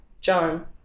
John